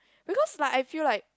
because like I feel like